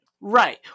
Right